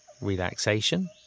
relaxation